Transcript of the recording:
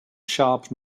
sharp